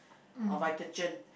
or Vitagen